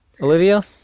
Olivia